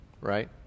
right